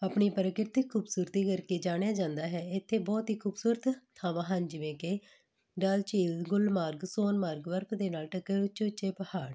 ਆਪਣੀ ਪ੍ਰਕਿਰਤਿਕ ਖੂਬਸੂਰਤੀ ਕਰਕੇ ਜਾਣਿਆ ਜਾਂਦਾ ਹੈ ਇਥੇ ਬਹੁਤ ਹੀ ਖੂਬਸੂਰਤ ਥਾਵਾਂ ਹਨ ਜਿਵੇਂ ਕਿ ਡੱਲ ਝੀਲ ਗੁਲਮਾਰਗ ਸੋਨਮਾਰਗ ਬਰਫ਼ ਦੇ ਨਾਲ ਢਕੇ ਹੋਏ ਉੱਚੇ ਉੱਚੇ ਪਹਾੜ